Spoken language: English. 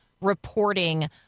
reporting